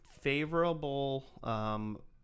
favorable